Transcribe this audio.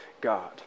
God